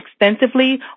extensively